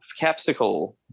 capsicle